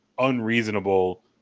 unreasonable